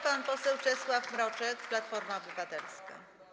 Pan poseł Czesław Mroczek, Platforma Obywatelska.